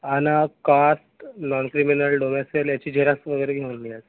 आणि caste non criminal domicile याची xerox वगैरे घेऊन यायचं